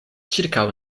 ĉirkaŭ